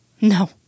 No